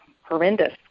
horrendous